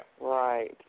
Right